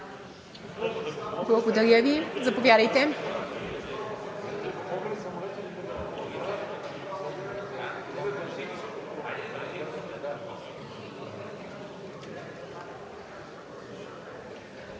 Благодаря Ви. Заповядайте.